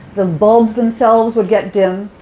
the bulbs themselves would get dim,